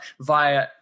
via